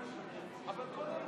שנאת חינם,